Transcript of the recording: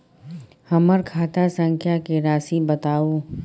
हमर खाता संख्या के राशि बताउ